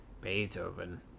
Beethoven